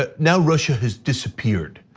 ah now russia has disappeared,